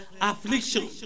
affliction